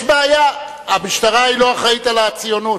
יש בעיה, המשטרה לא אחראית על הציונות,